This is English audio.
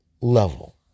level